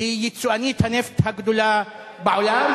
היא יצואנית הנפט הגדולה בעולם,